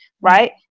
right